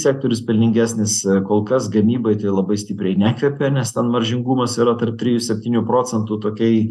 sektorius pelningesnis kol kas gamybai tai labai stipriai nekvepia nes ten varžingumas yra tarp trijų septynių procentų tokiai